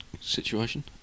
situation